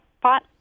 pot